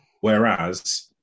Whereas